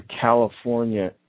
California